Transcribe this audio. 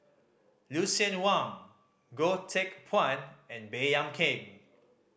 Lucien Wang Goh Teck Phuan and Baey Yam Keng